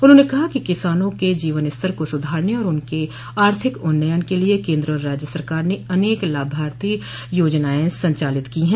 उन्होंने कहा कि किसानों के जीवन स्तर को सुधारने और उनक आर्थिक उन्नयन के लिये केन्द्र और राज्य सरकार ने अनेक लाभकारी योजनाएं संचालित की हैं